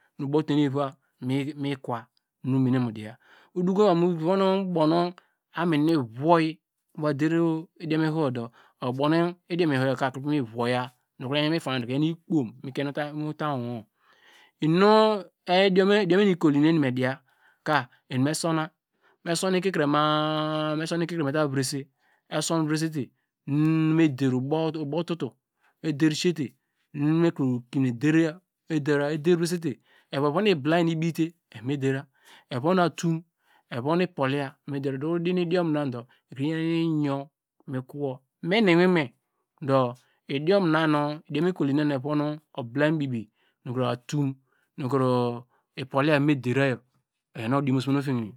ubow nu oteni vi nu modiya udoko ma mu muvon amin nu ivoyi mu var der idiom ihoho yor ke it out mi voya iyan ikom mu kie utamu uwon idiom enu ikoli nu em me diya ka eni me suna me sun ikikre ma- a mete virese esun vre sete nu nu me der ubow tutu eder siyete mekre dera evo evon ibiiany nu ibite evome dera evon atum evon ipoliya udi- idiom nadu miyaw iyor miko mena iwimc idiom ikoliona nu ovon ibilany bibi atum nu kro ipoliya evom dera yor oyor nu diomu sume ehiine